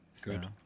good